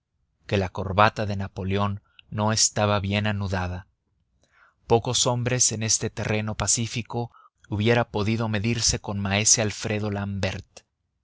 que la corbata de napoleón no estaba bien anudada pocos hombres en este terreno pacífico hubiera podido medirse con maese alfredo l'ambert